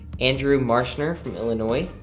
andrew marschner from illinois.